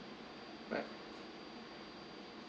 right